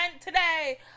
today